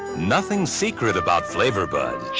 nothing's secret about flavour bud,